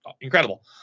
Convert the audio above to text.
incredible